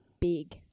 big